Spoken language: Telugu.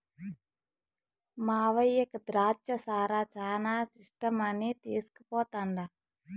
మాయవ్వకి ద్రాచ్చ సారా శానా ఇష్టమని తీస్కుపోతండా